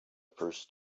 first